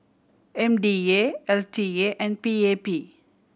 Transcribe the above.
M D A L T A and P A P